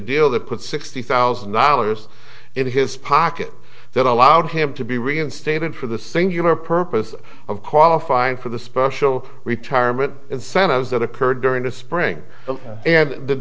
deal that put sixty thousand dollars in his pocket that allowed him to be reinstated for the singular purpose of qualifying for the special retirement incentives that occurred during the spring and the